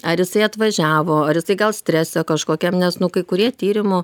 ar jisai atvažiavo ar jisai gal strese kažkokiam nes nu kai kurie tyrimų